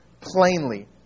plainly